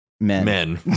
men